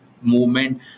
movement